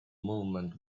movement